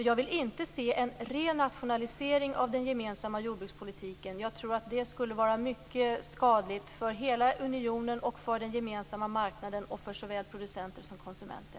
Jag vill nämligen inte se en ren nationalisering av den gemensamma jordbrukspolitiken. Jag tror att det skulle vara mycket skadligt för hela unionen och för den gemensamma marknaden, såväl producenter som konsumenter.